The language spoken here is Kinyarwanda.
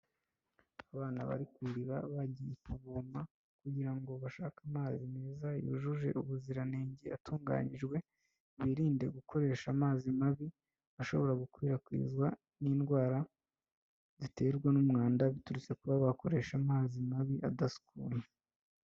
Abana bari kuriba bagiye kuvoma, kugira ngo bashake amazi meza yujuje ubuziranenge atunganyijwe, birinde gukoresha amazi mabi, ashobora gukwirakwizwa n'indwara ziterwa n'umwanda, biturutse kuba bakoresha amazi mabi adasukuye.